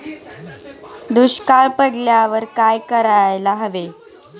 दुष्काळ पडल्यावर काय करायला हवे?